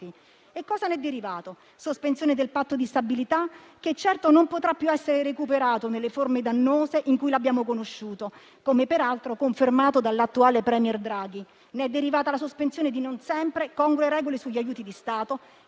Da ciò è derivata la sospensione del patto di stabilità, che certamente non potrà più essere recuperato nelle forme dannose in cui l'abbiamo conosciuto, come peraltro confermato dall'attuale *premier* Draghi. Ne è derivata poi la sospensione di regole non sempre congrue sugli aiuti di Stato,